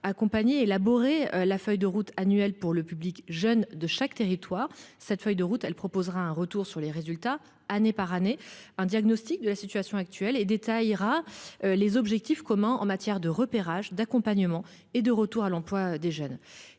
pleinement à élaborer les feuilles de route annuelles pour le public jeune de chaque territoire, lesquelles comprendront un retour sur les résultats, année par année, ainsi qu'un diagnostic de la situation actuelle, et détailleront les objectifs communs en matière de repérage, d'accompagnement et de retour à l'emploi des jeunes.